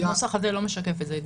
הנוסח את זה לא משקף את זה.